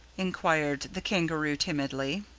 enquired the kangaroo timidly.